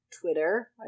Twitter